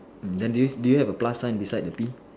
mm then do you do you have a plus sign beside the P